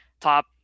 top